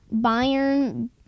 Bayern